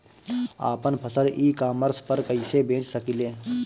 आपन फसल e commerce पर कईसे बेच सकिले?